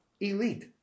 Elite